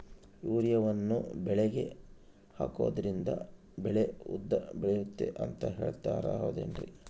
ಯೂರಿಯಾವನ್ನು ಬೆಳೆಗೆ ಹಾಕೋದ್ರಿಂದ ಬೆಳೆ ಉದ್ದ ಬೆಳೆಯುತ್ತೆ ಅಂತ ಹೇಳ್ತಾರ ಹೌದೇನ್ರಿ?